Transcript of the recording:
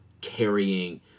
carrying